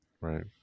Right